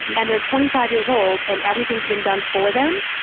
and they're twenty-five years old and everything's been done for them,